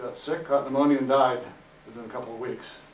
sick, caught pneumonia, and died, within a couple of weeks.